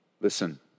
Listen